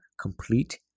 complete